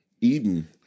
Eden